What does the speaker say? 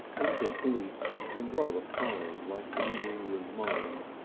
a little bleak and rather fine like the new england mind,